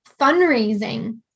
fundraising